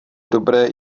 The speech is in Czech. dobré